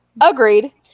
Agreed